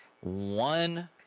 one